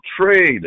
trade